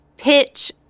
Pitch